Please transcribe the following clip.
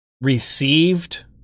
received